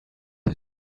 had